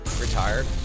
retired